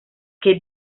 que